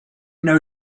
know